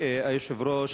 אדוני היושב-ראש,